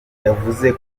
yavuze